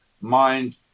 Mind